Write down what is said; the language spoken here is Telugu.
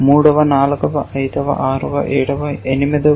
మూడవ నాల్గవ ఐదవ ఆరవ ఏడవ ఎనిమిదవ